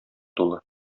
тулы